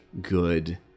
good